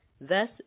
Thus